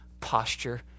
posture